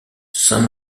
saint